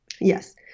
yes